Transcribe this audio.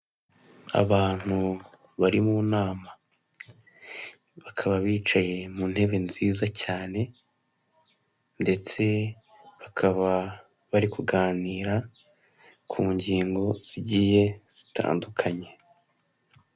Umusore n'umwari bambaye imyenda isa y'umweru n'ingofero z'umweru bicaye ku ntebe za purasitiki, imbere yabo hariho ameza apfukishijwe igitambaro cy'umweru bari kuyobora umugabo uri mu gikorwa cyo gutora aho ari kwinjiriza uwo yatoye mu gakarito kajyamo impapuro zanditsweho uwo watoye.